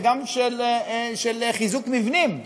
וגם של חיזוק מבנים.